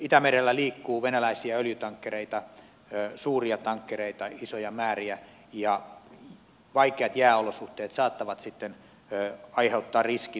itämerellä liikkuu venäläisiä öljytankkereita suuria tankkereita isoja määriä ja vaikeat jääolosuhteet saattavat aiheuttaa ympäristövahinkojen riskin